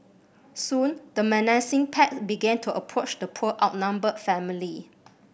soon the menacing pack began to approach the poor outnumbered family